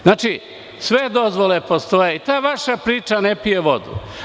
Znači, sve dozvole postoje i ta vaša priča ne pije vodu.